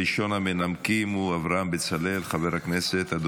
ראשון המנמקים הוא חבר הכנסת אברהם בצלאל.